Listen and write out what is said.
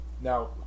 Now